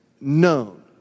known